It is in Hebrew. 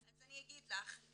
אני אגיד לך,